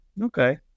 Okay